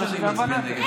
ברור שאני מצביע נגד החוק.